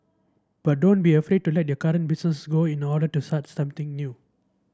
but don't be afraid to let your current business go in order to start something new